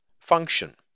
function